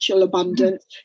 abundance